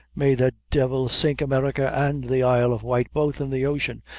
may the devil sink america and the isle of white both in the ocean,